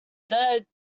that